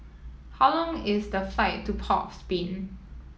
how long is the flight to Port of Spain